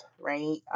right